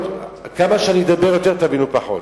כמה שאני אדבר יותר, תבינו פחות.